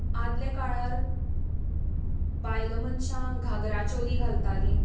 आदल्या काळार बायल मनशां घागरा चोली घालताली